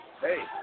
hey